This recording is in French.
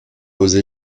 osé